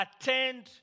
attend